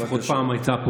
לפחות פעם הייתה פה,